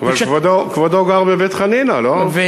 אבל כבודו גר בבית-חנינא, לא?